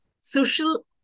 social